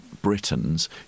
Britons